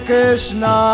Krishna